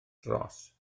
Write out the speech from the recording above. dros